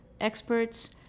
experts